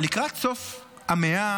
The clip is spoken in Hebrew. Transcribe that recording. לקראת סוף המאה,